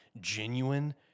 genuine